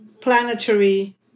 planetary